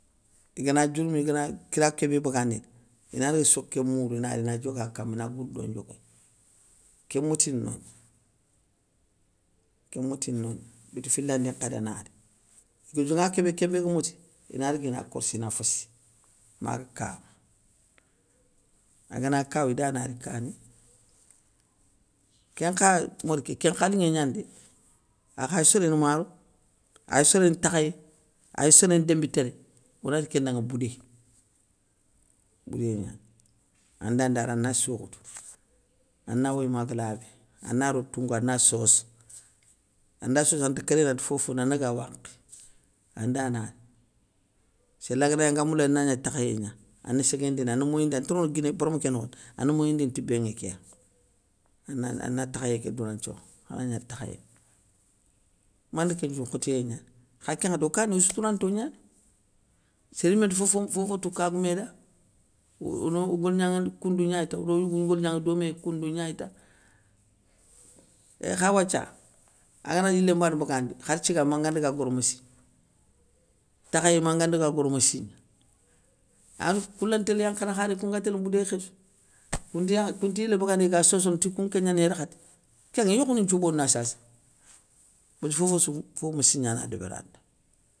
Igana diourmi igana kira kébé bagandini, inada soké mourou ina ri ina dioga kama, ina gourdo ndioguéy, kén motini nogna, kén motini nogna. Bita filandi nkhadi anari, iga dionŋa kébé kébé ga moti, ina raga ina korssi ina féssi, maga kawa aganakawa idana ri kani. Kén nkha modi ké kén nkha linŋé gnani dé, akhay soréné maro, ay soréné takhayé, ay soréné démbitéré onati kén danŋa boudé, boudé gnani. Anda nda ri ana soukhoutou ana woyi maga labé ana ro toungo ana soso anda soso anti kéréné anti fofono ana daga wankhi, anda na ri séla ganagni anga moula ana gna takhayé gna, ane séguéndina ane moyindi ante rono guiné barme ké nokho dé, ane moyindini ti béŋé kéya, ana takhayé ké doura nthioro ana gna takhayé. Mane kén ndji nŋotoyé gnani kha kén nŋwakhati okani i soutouranto gnani, séré yimé nti fofom fofotou kagoumé da, woyrono ogolignaŋa koundou gnay ta odo yougou ngolignanŋa doméya koundou gnay ta. Eééh kha wathia, angana yilé mbané bagandi khar thiga manga daga gor mossi, takhayé manga daga gor mossigna anŋetou koulanti télé yankhana kharé koun nga télé boudé khéssou, kounte ya kounte yilé bagandini iga sosono ti kounŋe ké gnana yarkhaté, kén yékhouni nthiou bona sasa, bér fofossou fo mossi gnana débéranda.